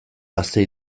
gazte